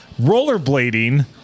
rollerblading